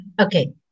Okay